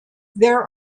there